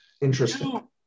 interesting